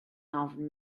ofn